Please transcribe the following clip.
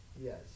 Yes